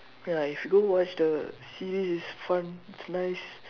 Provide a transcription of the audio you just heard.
ya if you go watch the series it's fun it's nice